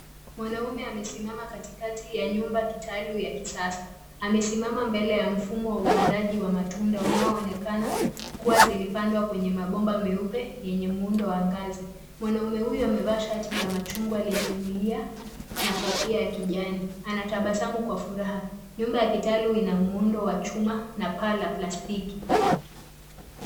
Mwanaume amesimama katikati ya nyumba kitalu ya kisasa amesimama mbele ya mfumo wa upandaji wa matunda unaonekana kuwa zilipandwa kwenye mabomba meupe yenye muundo wa ngazi. Mwanaume huyu amevaa shati la machungwa lenye milia na kofia ya kijani. Anatabasamu kwa furaha. Nyumba ya kitalu ina muundo wa chuma na paa la plastiki.